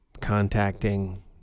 contacting